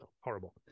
horrible